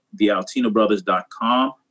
thealtinobrothers.com